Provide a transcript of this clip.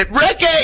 Ricky